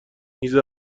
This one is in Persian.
هیز